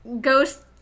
ghost